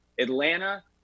Atlanta